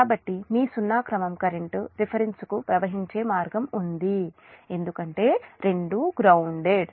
కాబట్టి మీ సున్నా క్రమం కరెంట్ రిఫరెన్స్కు ప్రవహించే మార్గం ఉంది ఎందుకంటే రెండూ గ్రౌన్దేడ్